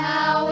Now